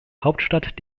hauptstadt